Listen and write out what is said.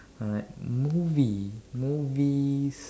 uh movie movies